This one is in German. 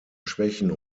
schwächen